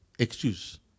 Excuse